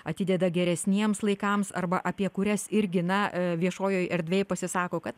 atideda geresniems laikams arba apie kurias irgi na viešojoj erdvėj pasisako kad